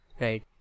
Right